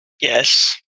Yes